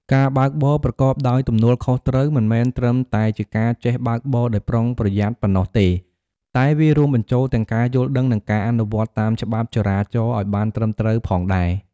ការបើកបរប្រកបដោយទំនួលខុសត្រូវ មិនមែនត្រឹមតែជាការចេះបើកបរដោយប្រុងប្រយ័ន្តប៉ុណ្ណោះទេ តែវារួមបញ្ចូលទាំងការយល់ដឹង និងការអនុវត្តតាមច្បាប់ចរាចរណ៍ឲ្យបានត្រឹមត្រូវផងដែរ។